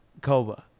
Koba